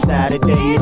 Saturday